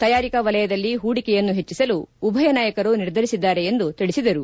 ತಯಾರಿಕಾ ವಲಯದಲ್ಲಿ ಹೂಡಿಕೆಯನ್ನು ಹೆಚ್ಚಿಸಲು ಉಭಯ ನಾಯಕರು ನಿರ್ಧರಿಸಿದಾರೆ ಎಂದು ತಿಳಿಸಿದರು